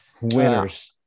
Winners